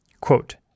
Quote